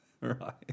Right